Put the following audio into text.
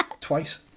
Twice